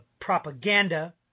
propaganda